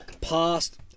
past